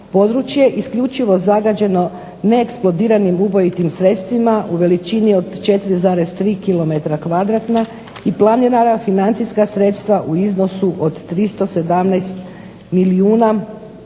Područje isključivo zagađeno neeksplodiranim ubojitim sredstvima u veličini od 4,3 km2 i planirana financijska sredstva u iznosu od 317 milijuna 864,790